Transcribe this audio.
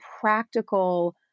practical